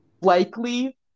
likely